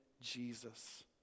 Jesus